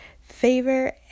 favor